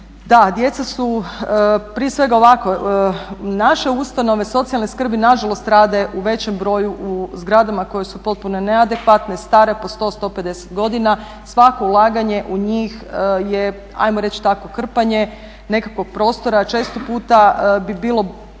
djeca su prije svega ovako, naše ustanove socijalne skrbi nažalost rade u većem broju u zgradama koje su potpuno neadekvatne stare po 100, 150 godina, svako ulaganje u njih je ajmo reći tako krpanje nekakvog prostora. Često puta bi bilo,